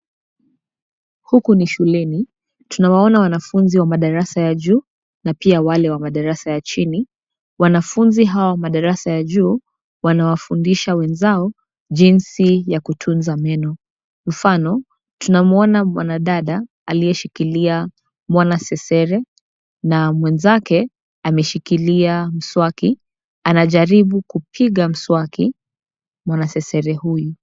Huku ni shuleni. Tunawaona wanafunzi wa madarasa ya juu na pia wale wa madarasa ya chini. Wanafunzi hawa wa madarasa ya juu, wanawafundisha wenzao, jinsi ya kutunza meno. Mfano, tunamuona mwanadada, aliyeshikilia mwanasesere. Na mwenzake, ameshikilia mswaki. Anajaribu kupiga mswaki, mwanasesere huyu.